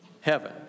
heaven